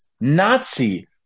Nazi